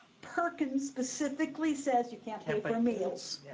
perkins specifically says you can't pay for meals.